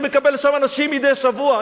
אני מקבל שם אנשים מדי שבוע.